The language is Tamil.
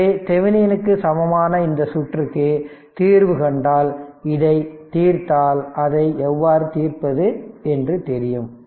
எனவே தெவெனினுக்கு சமமான இந்த சுற்றுக்கு தீர்வு கண்டால் இதைத் தீர்த்தால் அதை எவ்வாறு தீர்ப்பது என்று தெரியும்